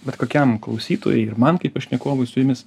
bet kokiam klausytojui ir man kaip pašnekovui su jumis